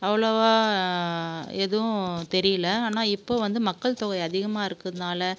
அவ்வளோவா எதுவும் தெரியல ஆனால் இப்போது வந்து மக்கள் தொகை அதிகமாக இருக்கிறதுனால